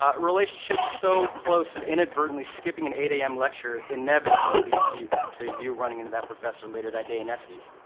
um relationships so close that inadvertently skipping an eight am lecture inevitably leads you to you running into that professor later that day in essie's